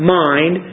mind